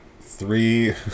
three